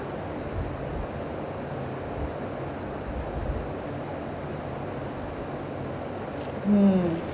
mm